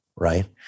Right